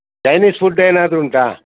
Chinese food ಏನಾದರೂ ಉಂಟಾ